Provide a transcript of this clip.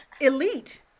elite